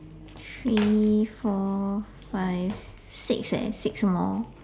three four five six leh six more